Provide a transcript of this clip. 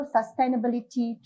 Sustainability